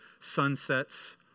sunsets